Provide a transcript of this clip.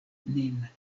nin